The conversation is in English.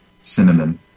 cinnamon